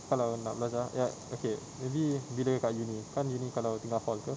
kalau nak belajar ya okay maybe bila kat uni kan uni kalau tinggal hall ke